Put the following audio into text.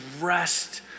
rest